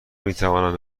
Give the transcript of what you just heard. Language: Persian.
میتوانم